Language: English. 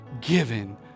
given